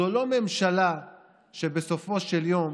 זו לא ממשלה שבסופו של יום